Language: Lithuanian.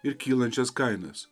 ir kylančias kainas